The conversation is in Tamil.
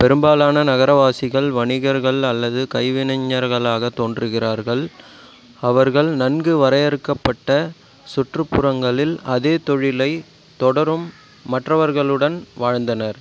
பெரும்பாலான நகரவாசிகள் வணிகர்கள் அல்லது கைவினைஞர்களாகத் தோன்றுகிறார்கள் அவர்கள் நன்கு வரையறுக்கப்பட்ட சுற்றுப்புறங்களில் அதே தொழிலைத் தொடரும் மற்றவர்களுடன் வாழ்ந்தனர்